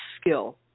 skill